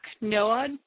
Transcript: Noah